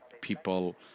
people